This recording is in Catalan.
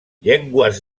llengües